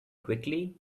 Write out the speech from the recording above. quickly